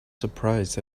surprised